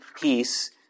peace